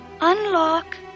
unlock